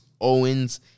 Owens